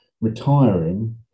retiring